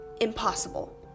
impossible